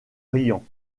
riant